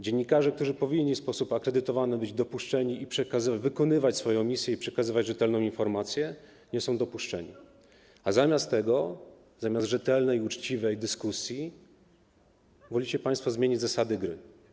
Dziennikarze, którzy powinni w sposób akredytowany być dopuszczeni, wykonywać swoją misję i przekazywać rzetelną informację, nie są dopuszczeni, a zamiast tego, zamiast rzetelnej, uczciwej dyskusji wolicie państwo zmienić zasady gry.